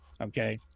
Okay